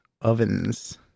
ovens